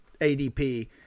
ADP